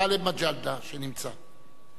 גאלב מג'אדלה, שנמצא.